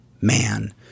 man